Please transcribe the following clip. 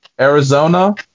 arizona